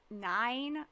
nine